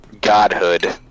godhood